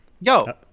Yo